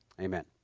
Amen